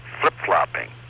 flip-flopping